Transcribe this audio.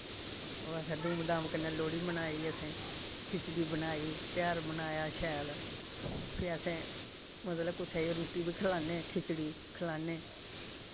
ओह् असें धूम धाम कन्नै लोह्ड़ी मनाई असें खिचड़ी बनाई तेहार मनाया शैल फ्ही असें मतलब कुसे गी रुट्टी बी खलान्ने खिचड़ी खलान्ने